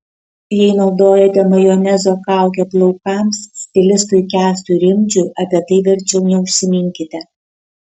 jei naudojate majonezo kaukę plaukams stilistui kęstui rimdžiui apie tai verčiau neužsiminkite